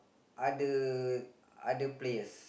other other players